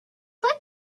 like